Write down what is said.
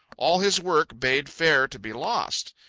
all his work bade fare to be lost.